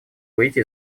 выйти